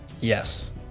Yes